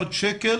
מיליארד שקל